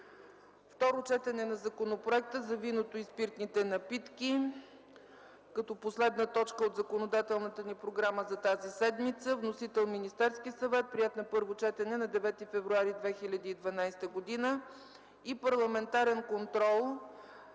Второ четене на Законопроекта за виното и спиртните напитки – като последна точка от законодателната ни програма за тази седмица. Вносител – Министерският съвет. Приет на първо четене на 9 февруари 2012 г. 12. Парламентарен контрол